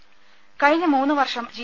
ത കഴിഞ്ഞ മൂന്നുവർഷം ജി